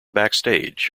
backstage